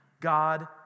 God